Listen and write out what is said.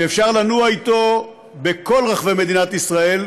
שאפשר לנוע אתו בכל רחבי מדינת ישראל,